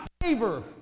favor